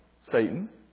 Satan